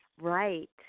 Right